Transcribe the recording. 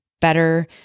better